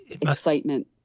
excitement